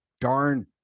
darn